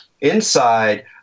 inside